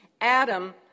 Adam